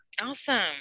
Awesome